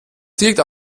direkt